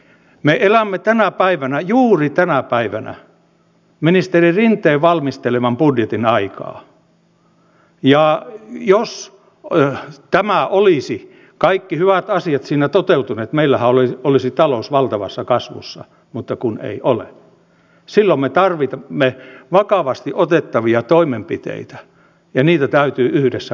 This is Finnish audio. me elämme tänä päivänä juuri tänä päivänä ministeri rinteen valmisteleman budjetin aikaa ja jos kaikki hyvät asiat olisivat siinä toteutuneet meillähän olisi talous valtavassa kasvussa mutta kun ei ole silloin me tarvitsemme vakavasti otettavia toimenpiteitä ja niitä täytyy yhdessä valmistella